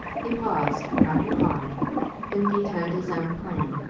he paused, frowning hard then vetoed his own plan.